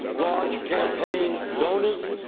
large campaign donors,